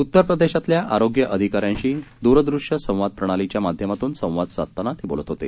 उत्तर प्रदेशमधल्या आरोग्य अधिकाऱ्यांशी दूरदृष्यसंवाद प्रणालीचा माध्यमातून संवाद साधताना ते बोलत होते